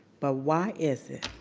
but why is it?